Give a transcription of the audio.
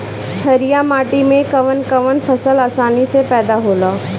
छारिया माटी मे कवन कवन फसल आसानी से पैदा होला?